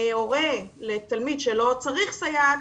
הורה לתלמיד שלא צריך סייעת,